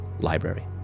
library